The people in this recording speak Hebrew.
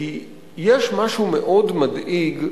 כי יש משהו מאוד מדאיג,